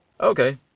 okay